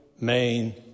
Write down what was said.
main